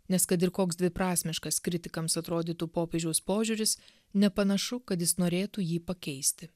nes kad ir koks dviprasmiškas kritikams atrodytų popiežiaus požiūris nepanašu kad jis norėtų jį pakeisti